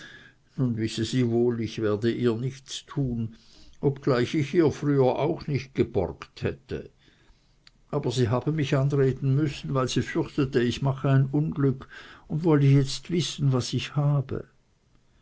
nun wisse sie wohl werde ich ihr nichts tun obgleich ich ihr früher auch nicht geborget hätte aber sie habe mich anreden müssen weil sie fürchte ich mache ein unglück und wolle jetzt wissen was ich habe